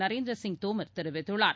நரேந்திர சிங் தோமர் தெரிவித்துள்ளார்